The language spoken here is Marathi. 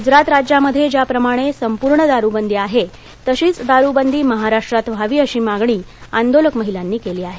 गूजरात राज्यामध्ये ज्याप्रमाणे संपूर्ण दारूबंदी आहे तशीच दारूबंदी महाराष्ट्रात व्हावी अशी मागणी आंदोलक महिलांनी केली आहे